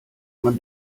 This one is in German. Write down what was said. man